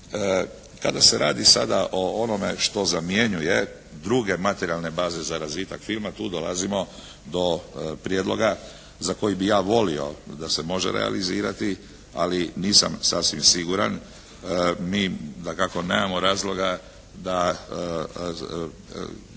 kada se radi sada o onome što zamjenjuje druge materijalne baze za razvitak filma, tu dolazimo do prijedloga za koji bi ja volio da se može realizirati, ali nisam sasvim siguran. Mi dakako nemamo razloga da